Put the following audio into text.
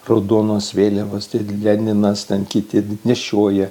raudonos vėliavos leninas ten kiti nešioja